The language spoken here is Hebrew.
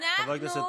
הם לומדים ליבה.